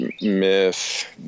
myth